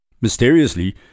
Mysteriously